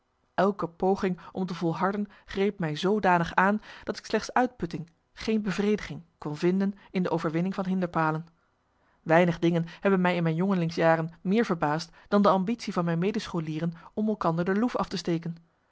elke poging om te volharden greep mij zoomarcellus emants een nagelaten bekentenis danig aan dat ik slechts uitputting geen bevrediging kon vinden in de overwinning van hinderpalen weinig dingen hebben mij in mijn jongelingsjaren meer verbaasd dan de ambitie van mijn medescholieren om elkander de loef af te steken